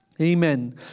Amen